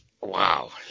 wow